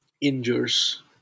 injures